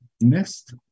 Next